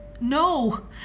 No